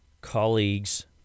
colleagues